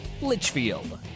Litchfield